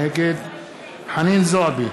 נגד חנין זועבי,